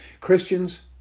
Christians